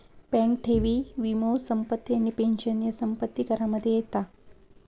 bank ठेवी, वीमो, संपत्ती आणि पेंशन ह्या संपत्ती करामध्ये येता